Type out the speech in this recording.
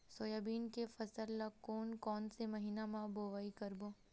Soybean के फसल ल कोन कौन से महीना म बोआई करबो?